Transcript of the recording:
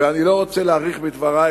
ואני לא רוצה להאריך בדברי.